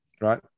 Right